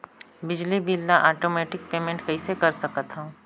बिजली बिल ल automatic payment कइसे कर सकथव?